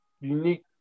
unique